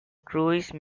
cruise